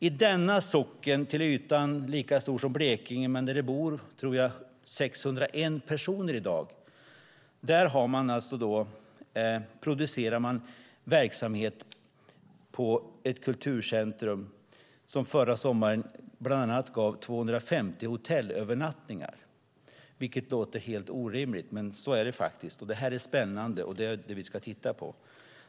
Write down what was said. I denna socken, till ytan lika stor som Blekinge, där det bor, tror jag, 601 personer i dag, producerar man alltså verksamhet vid ett kulturcentrum vilket förra sommaren bland annat gav 250 hotellövernattningar. Det låter helt orimligt, men så är det faktiskt. Det här är spännande, och det är det vi ska titta på.